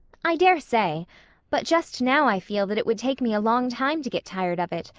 i daresay but just now i feel that it would take me a long time to get tired of it,